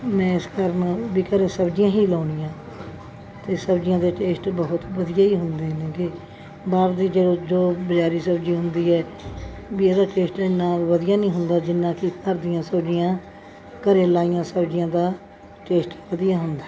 ਮੈਂ ਇਸ ਘਰ ਮਾ ਵੀ ਘਰ ਸਬਜ਼ੀਆਂ ਹੀ ਲਾਉਂਦੀ ਹਾਂ ਅਤੇ ਸਬਜ਼ੀਆਂ ਦਾ ਟੇਸਟ ਬਹੁਤ ਵਧੀਆ ਹੀ ਹੁੰਦੇ ਹੈਗੇ ਬਾਗ ਦੀ ਜਦੋਂ ਜੋ ਬਲੈਰੀ ਸਬਜ਼ੀ ਹੁੰਦੀ ਹੈ ਵੀ ਉਹਦਾ ਟੇਸਟ ਇੰਨਾ ਵਧੀਆ ਨਹੀਂ ਹੁੰਦਾ ਜਿੰਨਾ ਕਿ ਘਰ ਦੀਆਂ ਸਬਜ਼ੀਆਂ ਘਰ ਲਾਈਆਂ ਸਬਜ਼ੀਆਂ ਦਾ ਟੇਸਟ ਵਧੀਆ ਹੁੰਦਾ ਹੈ